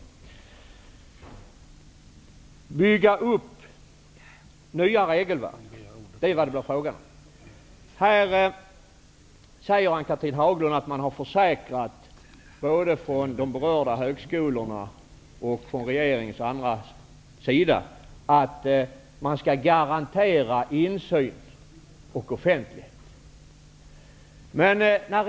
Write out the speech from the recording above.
Att bygga upp nya regelverk är vad det blir fråga om. Ann-Cathrine Haglund säger att både de berörda högskolorna och regeringen har försäkrat att insyn och offentlighet skall garanteras.